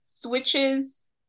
switches